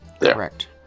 Correct